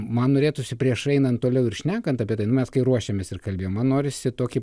man norėtųsi prieš einant toliau ir šnekant apie dainas kai ruošiamės ir kalbėjimą norisi tokį